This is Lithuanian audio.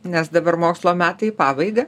nes dabar mokslo metai į pabaigą